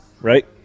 right